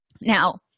now